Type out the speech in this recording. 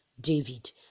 david